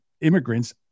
immigrants